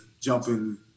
jumping